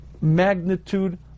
magnitude